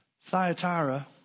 Thyatira